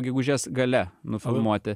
gegužės gale nufilmuoti